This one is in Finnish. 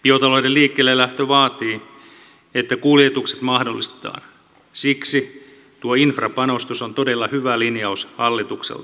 biotalouden liikkeellelähtö vaatii että kuljetukset mahdollistetaan siksi tuo infrapanostus on todella hyvä linjaus hallitukselta